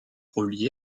reliés